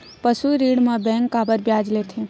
पशु ऋण म बैंक काबर ब्याज लेथे?